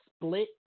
split